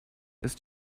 ist